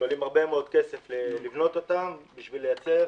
שעולים הרבה מאוד כסף לבנות אותן בשביל לייצר